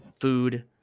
food